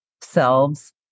selves